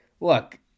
look